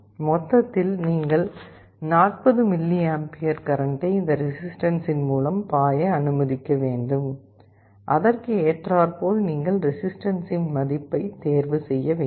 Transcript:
எனவே மொத்தத்தில் நீங்கள் 40mA கரண்ட்டை இந்த ரெசிஸ்டன்ஸின் மூலம் பாய அனுமதிக்க வேண்டும் அதற்கு ஏற்றார்போல் நீங்கள் ரெசிஸ்டன்ஸின் மதிப்பை தேர்வு செய்ய வேண்டும்